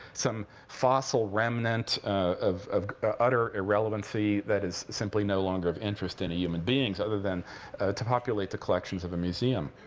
some fossil remnant of of utter irrelevancy that is simply no longer of interest to any human beings, other than to populate the collections of a museum.